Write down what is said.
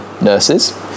nurses